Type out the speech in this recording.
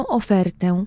ofertę